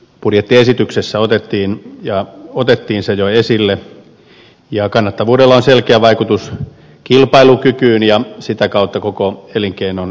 budjettiesityksessä otettiin se jo esille ja kannattavuudella on selkeä vaikutus kilpailukykyyn ja sitä kautta koko elinkeinon jatkumiseen